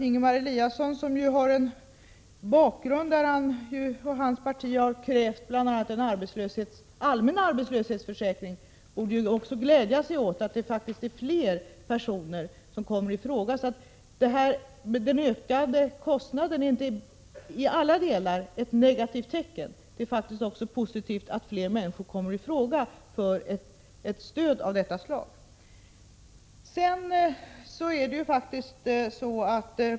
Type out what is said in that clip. Ingemar Eliasson, som ju har en bakgrund där han och hans parti har krävt bl.a. en allmän arbetslöshetsförsäkring, borde glädja sig åt att det nu är fler personer som kommer i fråga för ersättning än tidigare. De ökande kostnaderna är inte till alla delar ett negativt tecken. Det är faktiskt positivt att fler människor kommer i fråga för ett stöd av detta slag.